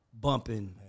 bumping